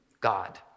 God